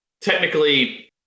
technically